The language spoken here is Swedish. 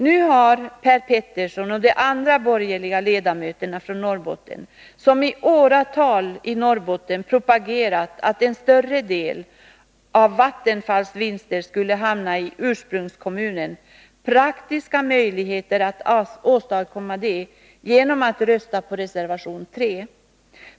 Nu har Per Petersson och de andra borgerliga ledamöterna från Norrbotten, som i åratal i Norrbotten har propagerat för att en större del av Vattenfalls vinster skulle hamna i ursprungskommunen, praktiska möjligheter att åstadkomma detta genom att rösta på reservation 3.